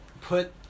put